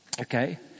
Okay